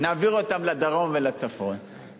נעביר אותם לדרום ולצפון,